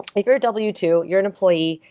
if you're a w two, you're an employee,